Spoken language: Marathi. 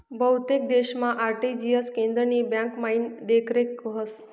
बहुतेक देशमा आर.टी.जी.एस केंद्रनी ब्यांकमाईन देखरेख व्हस